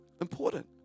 important